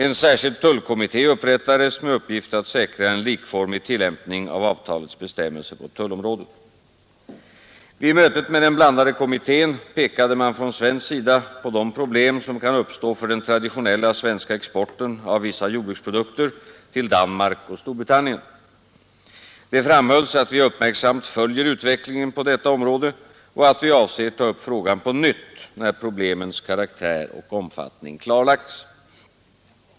En särskild tullkommitté upprättades med uppgift att säkra en likformig tillämpning av avtalets bestämmelser på tullområdet. Vid mötet med den blandade kommittén pekade man från svensk sida på de problem som kan uppstå för den traditionella svenska exporten av vissa jordbruksprodukter till Danmark och Storbritannien. Det framhölls att vi uppmärksamt följer utvecklingen på detta område och att vi avser ta upp frågan på nytt när problemens karaktär och omfattning klarlagts.